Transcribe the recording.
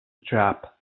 trap